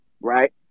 right